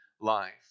life